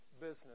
business